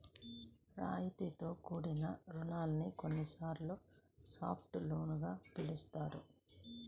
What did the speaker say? రాయితీతో కూడిన రుణాన్ని కొన్నిసార్లు సాఫ్ట్ లోన్ గా పిలుస్తారు